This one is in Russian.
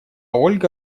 ольга